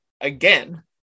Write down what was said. again